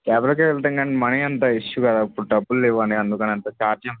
క్యాబ్లకే వెళతాం గానీ మనీ అంత ఇష్యూ కాదు అప్పుడు డబ్బులు లేవనే అందుకని అంత చార్జీ